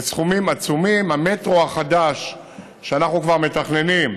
בסכומים עצומים, המטרו החדש שאנחנו כבר מתכננים,